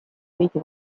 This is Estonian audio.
veidi